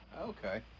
Okay